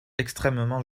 extrêmement